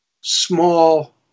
small